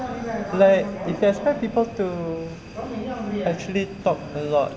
like people expect people to actually talk a lot